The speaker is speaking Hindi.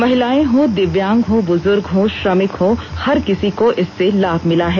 महिलाएं हों दिव्यांग हो बुजुर्ग हो श्रमिक हो हर किसी को इससे लाभ मिला है